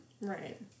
Right